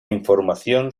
información